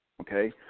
Okay